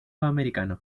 americano